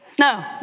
No